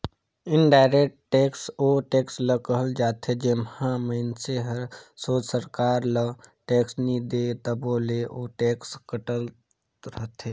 indirect tax ओ tax ल कहल जाथे जेम्हां मइनसे हर सोझ सरकार ल टेक्स नी दे तबो ले ओ टेक्स कटत रहथे